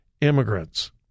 immigrants